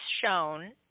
shown